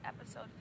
episode